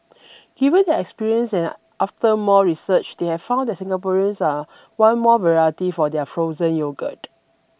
given their experience and after more research they have found that Singaporeans are want more variety for their frozen yogurt